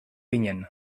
ginen